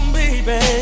baby